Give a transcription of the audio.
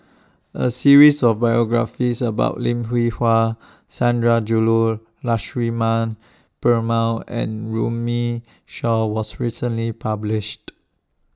A series of biographies about Lim Hwee Hua Sundarajulu Lakshmana Perumal and Runme Shaw was recently published